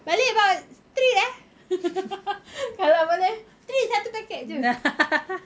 balik bawa treat ah kalau boleh treat satu packet jer